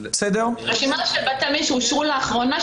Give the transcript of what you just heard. רשימה של בתי עלמין שאושרו לאחרונה,